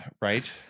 right